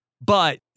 But-